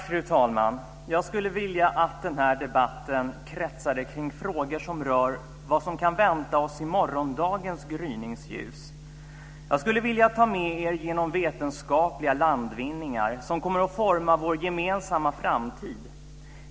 Fru talman! Jag skulle vilja att den här debatten kommer att kretsa kring frågor som rör vad som kan vänta oss i morgondagens gryningsljus. Jag skulle vilja ta med er genom vetenskapliga landvinningar som kommer att forma vår gemensamma framtid.